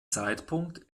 zeitpunkt